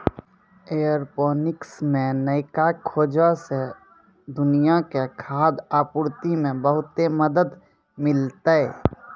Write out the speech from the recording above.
aeroponics मे नयका खोजो से दुनिया के खाद्य आपूर्ति मे बहुते मदत मिलतै